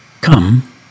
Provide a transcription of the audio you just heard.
come